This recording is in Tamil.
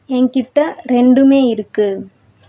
என்கிட்ட ரெண்டுமே இருக்குது